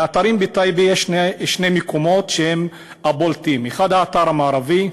לאתרים בטייבה יש שני מקומות שהם הבולטים: האתר המערבי,